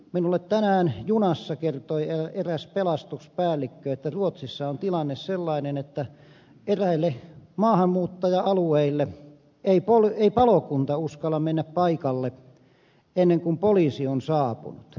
minulle tänään junassa kertoi eräs pelastuspäällikkö että ruotsissa on tilanne sellainen että eräille maahanmuuttaja alueille ei palokunta uskalla mennä paikalle ennen kuin poliisi on saapunut